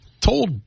told